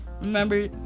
remember